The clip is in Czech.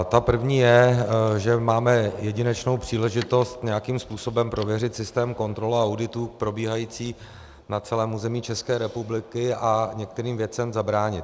Ta první je, že máme jedinečnou příležitost nějakým způsobem prověřit systém kontrol a auditů probíhajících na celém území České republiky a některým věcem zabránit.